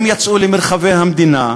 הם יצאו למרחבי המדינה,